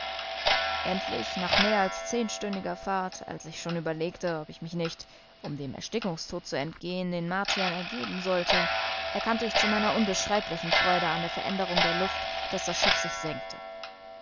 endlich nach mehr als zehnstündiger fahrt als ich schon überlegte ob ich mich nicht um dem erstickungstod zu entgehen den martiern ergeben sollte erkannte ich zu meiner unbeschreiblichen freude an der veränderung der luft daß das schiff sich senke